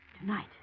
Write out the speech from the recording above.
Tonight